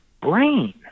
brain